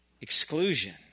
exclusion